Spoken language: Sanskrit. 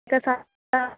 एकसप्ताहः